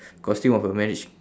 costume of a marriage